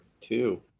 two